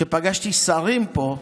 פגשתי שרים פה,